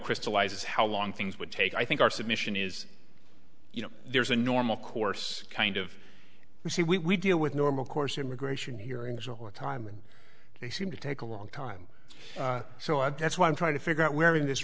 crystallizes how long things would take i think our submission is you know there's a normal course kind of you see we deal with normal course immigration hearings or time and they seem to take a long time so i guess what i'm trying to figure out where in this